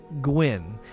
Gwyn